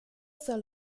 soll